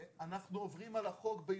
אנחנו עוברים על החוק ביודעין.